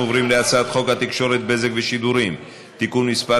אנחנו עוברים להצעת חוק התקשורת (בזק ושידורים) (תיקון מס'